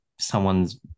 someone's